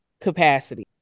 capacity